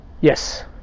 Yes